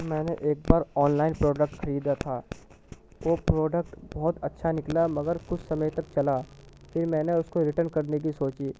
میں نے ایک بار آن لائن پروڈکٹ خریدا تھا وہ پروڈکٹ بہت اچھا نکلا مگر کچھ سمئے تک چلا پھر میں نے اس کو ریٹرن کرنے کی سوچی